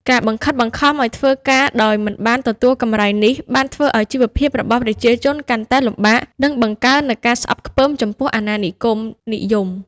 ការបង្ខិតបង្ខំឱ្យធ្វើការដោយមិនបានទទួលកម្រៃនេះ បានធ្វើឱ្យជីវភាពរបស់ប្រជាជនកាន់តែលំបាក និងបង្កើននូវការស្អប់ខ្ពើមចំពោះអាណានិគមនិយម។